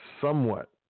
somewhat